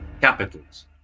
CAPITALS